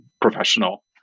professional